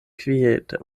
kviete